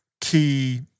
key